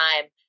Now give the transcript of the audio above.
time